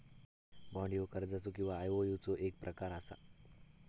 bond ह्यो कर्जाचो किंवा आयओयूचो एक प्रकार असा